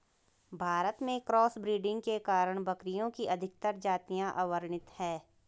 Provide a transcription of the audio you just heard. भारत में cross breeding के कारण बकरियों की अधिकतर जातियां अवर्णित है